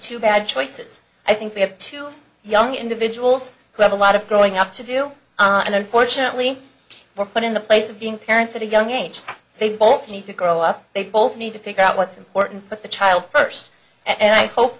two bad choices i think we have two young individuals who have a lot of growing up to do and unfortunately were put in the place of being parents at a young age they both need to grow up they both need to figure out what's important put the child first and i hope